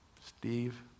Steve